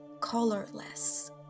colorless